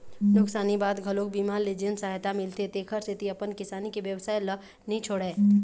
नुकसानी बाद घलोक बीमा ले जेन सहायता मिलथे तेखर सेती अपन किसानी के बेवसाय ल नी छोड़य